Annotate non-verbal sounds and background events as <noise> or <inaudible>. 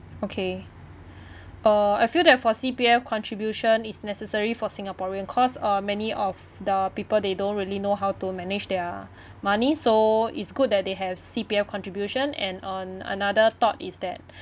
okay uh I feel that for C_P_F contribution is necessary for singaporean cause uh many of the people they don't really know how to manage their <breath> money so it's good that they have C_P_F contribution and on another thought is that